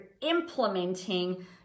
implementing